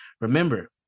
Remember